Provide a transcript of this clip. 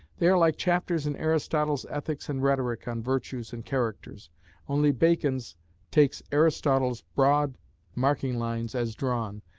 they are like chapters in aristotle's ethics and rhetoric on virtues and characters only bacon's takes aristotle's broad marking lines as drawn,